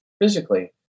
physically